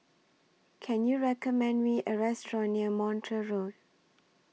Can YOU recommend Me A Restaurant near Montreal Road